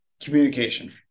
communication